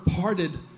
parted